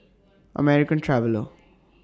American Traveller